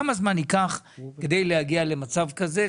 כמה זמן ייקח כדי להגיע למצב כזה,